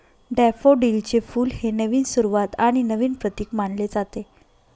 डॅफोडिलचे फुल हे नवीन सुरुवात आणि नवीन प्रतीक मानले जाते